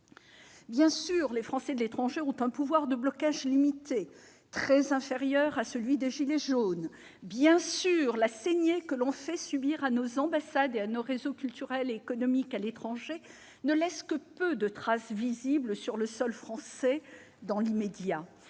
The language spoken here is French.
Bien sûr, les Français de l'étranger ont un pouvoir de blocage limité, très inférieur à celui des gilets jaunes. Bien sûr, la saignée que l'on fait subir à nos ambassades et à nos réseaux culturels et économiques à l'étranger ne laisse que peu de traces visibles sur le sol français dans l'immédiat.